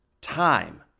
time